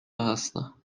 هستم